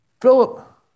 Philip